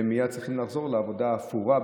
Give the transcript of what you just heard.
והם מייד צריכים לחזור לעבודה ה"אפורה",